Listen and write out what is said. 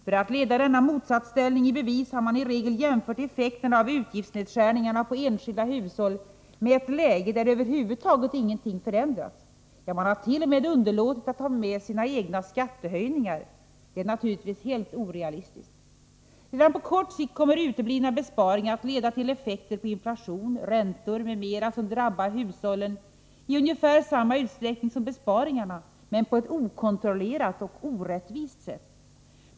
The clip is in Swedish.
För att leda denna motsatsställning i bevis har man i regel jämfört effekterna av utgiftsnedskärningarna på enskilda hushåll med ett läge där över huvud taget ingenting förändras. Ja, man har t.o.m. underlåtit att ta med sina egna skattehöjningar. Det är naturligtvis helt orealistiskt. Redan på kort sikt kommer uteblivna besparingar att leda till effekter på inflation, räntor, m.m. som drabbar hushållen i ungefär samma utsträckning som besparingarna men på ett okontrollerat och orättvist sätt.